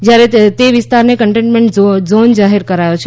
જ્યારે તે વિસ્તારને કન્ટેન્મેન્ટ ઝોન જાહેર કરાયો છે